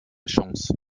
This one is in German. chance